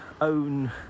own